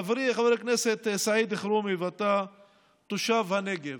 וחברי חבר הכנסת סעיד אלחרומי, אתה תושב הנגב,